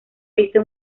visto